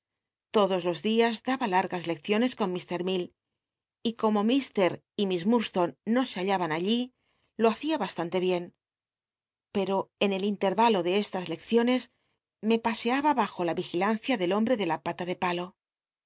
l'odos los dias daba largas lecciones con mr mil y como l t y miss m t udstone no se hallaban allí lo hacia bastante bien pero en el inlénalo de estas lecciones me pasea ba bajo la vigilancia del hombre de la pala de palo